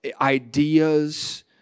ideas